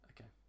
okay